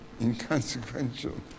inconsequential